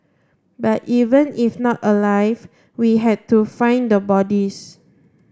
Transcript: but even if not alive we had to find the bodies